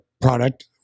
product